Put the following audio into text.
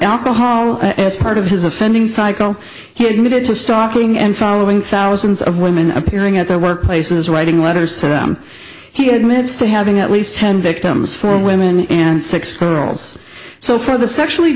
alcohol as part of his offending cycle he admitted to stalking and following thousands of women appearing at their workplaces writing letters to them he admits to having at least ten victims four women and six girls so for the sexually